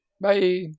Bye